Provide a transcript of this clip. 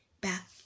back